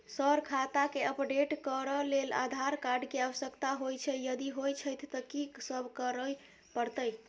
Sir खाता केँ update करऽ लेल आधार कार्ड केँ आवश्यकता होइ छैय यदि होइ छैथ की सब करैपरतैय?